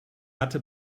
hatte